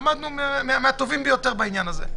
למדנו מהטובים ביותר בעניין הזה.